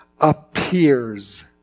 appears